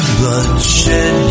bloodshed